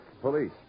Police